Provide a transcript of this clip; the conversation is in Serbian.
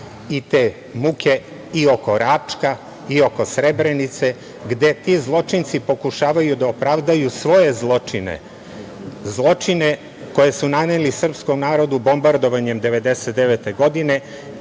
i te muke i oko Račka i oko Srebrenice, gde ti zločinci pokušavaju da opravdaju svoje zločine, zločine koje su naneli srpskom narodu bombardovanjem 1999. godine